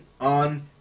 on